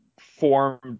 formed